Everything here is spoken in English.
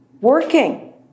Working